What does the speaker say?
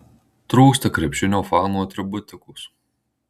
trūksta krepšinio fanų atributikos